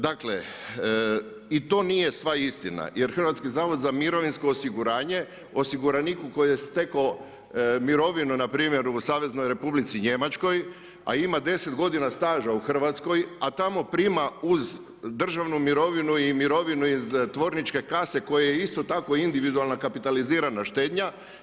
Dakle i to nije sva istina, jer Hrvatski zavod za mirovinsko osiguranje osiguraniku koji je stekao mirovinu na primjer u Saveznoj Republici Njemačkoj, a ima 10 godina staža u Hrvatskoj, a tamo prima uz državnu mirovinu i mirovinu iz tvorničke kase koji je isto tako individualna kapitalizirana štednja.